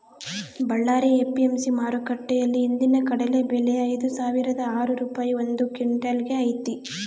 Ballari APMC ಮಾರುಕಟ್ಟೆಯಲ್ಲಿ ಇಂದಿನ ಕಡಲೆ ಬೆಲೆ ಐದುಸಾವಿರದ ಆರು ರೂಪಾಯಿ ಒಂದು ಕ್ವಿನ್ಟಲ್ ಗೆ ಐತೆ